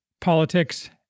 politics